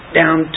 down